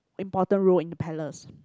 important role in the palace